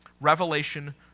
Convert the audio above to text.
revelation